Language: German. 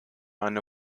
eine